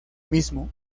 mismo